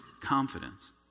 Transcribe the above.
confidence